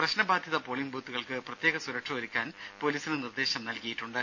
പ്രശ്നബാധിത പോളിങ് ബൂത്തുകൾക്ക് പ്രത്യേക സുരക്ഷ ഒരുക്കാൻ പൊലീസിന് നിർദേശം നൽകിയിട്ടുണ്ട്